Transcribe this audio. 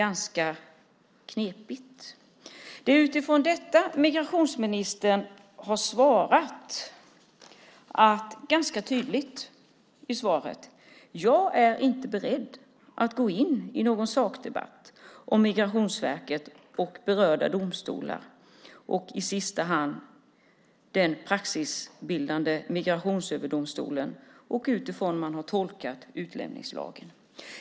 Det är utifrån detta migrationsministern har svarat - det är ganska tydligt i svaret: Jag är inte beredd att gå in i någon sakdebatt om hur Migrationsverket och berörda domstolar, i sista hand den praxisbildande Migrationsöverdomstolen, har tolkat utlänningslagen.